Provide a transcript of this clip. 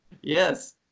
yes